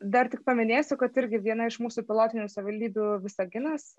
dar tik paminėsiu kad irgi viena iš mūsų pilotinių savivaldybių visaginas